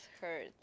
hurt